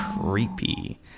creepy